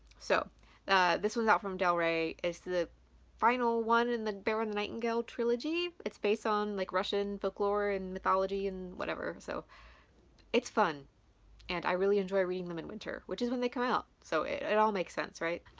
so this was out from del rey and is to the final one and the bear and the nightingale trilogy. it's based on like russian folklore and mythology and whatever, so it's fun and i really enjoy reading them in winter, which is when they come out so it all makes sense, right?